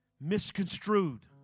misconstrued